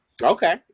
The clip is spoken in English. Okay